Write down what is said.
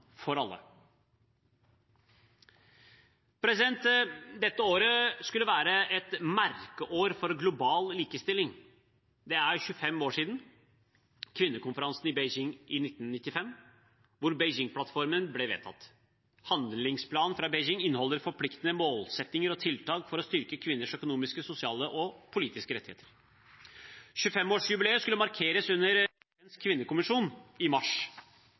for alle. Dette året skulle være et merkeår for global likestilling. Det er 25 år siden kvinnekonferansen i Beijing i 1995, hvor Beijing-plattformen ble vedtatt. Handlingsplanen fra Beijing inneholder forpliktende målsettinger og tiltak for å styrke kvinners økonomiske, sosiale og politiske rettigheter. 25-årsjubileet skulle markeres under Kvinnekommisjonen i mars.